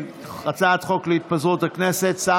הצעת חוק להתפזרות הכנסת.